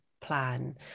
plan